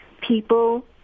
people